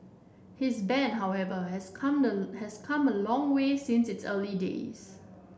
his band however has come a has come a long way since its early days